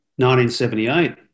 1978